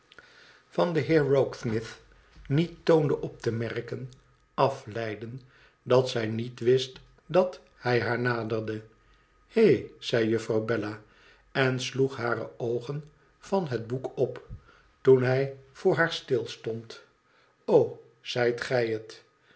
van den heer rokesmith niet toonde op te merken afleiden dat zij niet wist dat hij haar naderde he zei juffrouw bella en sloeg hare oogen van het boek op toen hij voor haar stilstond zijt gij het